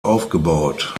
aufgebaut